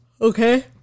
Okay